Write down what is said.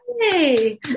Hey